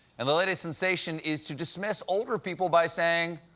and the latest sensation is to dismiss older people by saying,